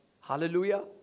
Hallelujah